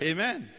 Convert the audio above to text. Amen